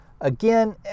Again